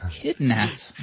kidnapped